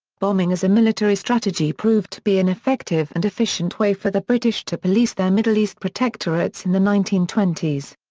bombing as a military strategy proved to be an effective and efficient way for the british to police their middle east protectorates in the nineteen twenty s.